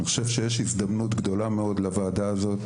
אני חושב שיש הזדמנות גדולה לוועדה הזאת,